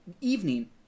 evening